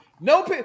no